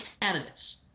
candidates